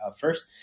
first